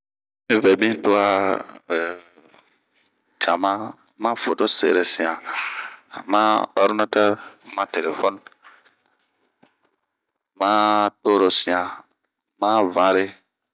nvɛ bin toa cama, ma foto serosian, ma ordinatɛrɛ man torosian, ma vanre.